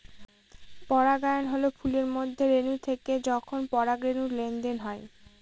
পরাগায়ন হল ফুলের মধ্যে রেনু থেকে যখন পরাগরেনুর লেনদেন হয়